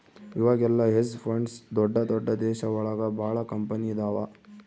ಇವಾಗೆಲ್ಲ hedge funds ದೊಡ್ದ ದೊಡ್ದ ದೇಶ ಒಳಗ ಭಾಳ ಕಂಪನಿ ಇದಾವ